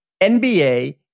NBA